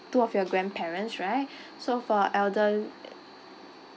two of your grandparents right so for elder